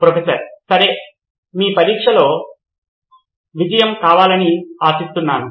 professor సరే మీ పరీక్షలో విజయం కావాలని అశిస్తున్నాను